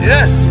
Yes